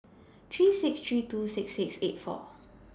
three six three two six six eight four